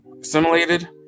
assimilated